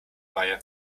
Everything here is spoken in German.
reihe